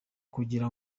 kugira